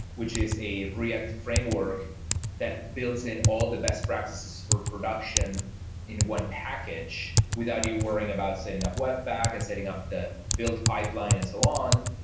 which is a react framework that builds in all the best practices for production in one package without you worrying about setting up webpack and setting up the build pipeline and so on.